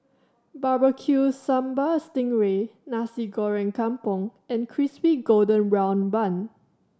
Barbecue Sambal sting ray Nasi Goreng Kampung and Crispy Golden Brown Bun